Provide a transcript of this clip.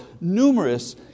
numerous